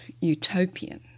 utopian